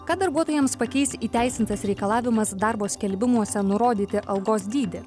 ką darbuotojams pakeis įteisintas reikalavimas darbo skelbimuose nurodyti algos dydį